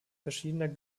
verschiedener